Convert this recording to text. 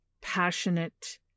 passionate